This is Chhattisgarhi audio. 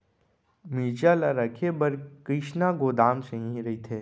मिरचा ला रखे बर कईसना गोदाम सही रइथे?